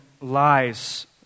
lies